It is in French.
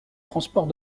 transport